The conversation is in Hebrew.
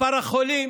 מספר החולים